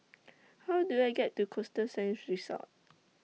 How Do I get to Costa Sands Resort